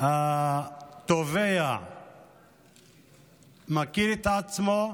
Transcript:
התובע מכיר את עצמו,